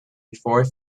before